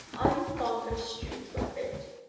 are you fond of stewed rabbit?